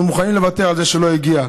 אנחנו מוכנים לוותר על זה שהוא לא הגיע,